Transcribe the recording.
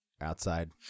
outside